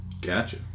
gotcha